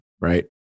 right